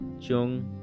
Chung